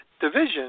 division